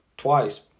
Twice